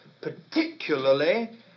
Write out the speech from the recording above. particularly